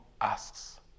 asks